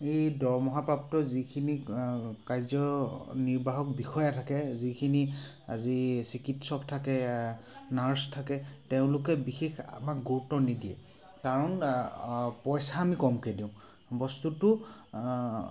এই দৰমহাপ্ৰাপ্ত যিখিনি কাৰ্য নিৰ্বাহক বিষয়া থাকে যিখিনি আজি চিকিৎসক থাকে নাৰ্ছ থাকে তেওঁলোকে বিশেষ আমাক গুৰুত্ব নিদিয়ে কাৰণ পইচা আমি কমকৈ দিওঁ বস্তুটো